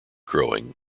growing